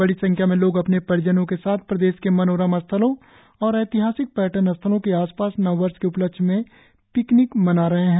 बडी संख्या में लोग अपने परिजनों के साथ प्रदेश के मनोरम स्थलों और ऐतिहासिक पर्यटन स्थलों के आसपास नववर्ष के उपलक्ष्य में पिकनिक मना रहे हैं